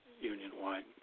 union-wide